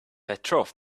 petrov